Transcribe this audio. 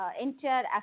entire